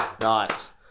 Nice